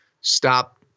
stop